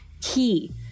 key